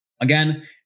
Again